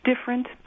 different